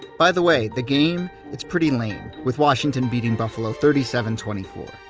by the way, the game it's pretty lame, with washington beating buffalo thirty seven twenty four.